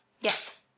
Yes